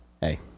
hey